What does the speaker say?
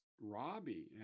Robbie